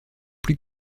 plus